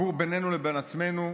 חיבור בינינו לבין עצמנו,